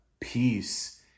peace